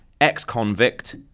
Ex-convict